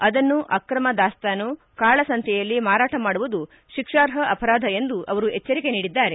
ಅದನ್ನು ಅಕ್ರಮ ದಾಸ್ತಾನು ಕಾಳಸಂತೆಯಲ್ಲಿ ಮಾರಾಟ ಮಾಡುವುದು ಶಿಕ್ಷಾರ್ಹ ಅಪರಾಧ ಎಂದು ಎಚ್ಚರಿಕೆ ನೀಡಿದ್ದಾರೆ